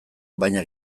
baina